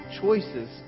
choices